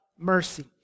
Mercy